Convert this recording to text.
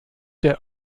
der